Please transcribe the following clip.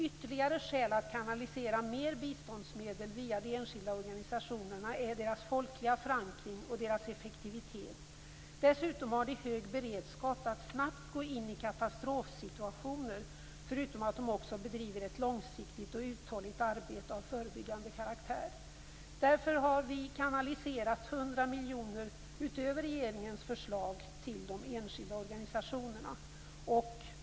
Ytterligare skäl att kanalisera mer biståndsmedel via de enskilda organisationerna är deras folkliga förankring och deras effektivitet. Dessutom har de hög beredskap att snabbt gå in i katastrofsituationer, förutom att de också bedriver ett långsiktigt och uthålligt arbete av förebyggande karaktär. Därför har vi kanaliserat 100 miljoner utöver regeringens förslag till de enskilda organisationerna.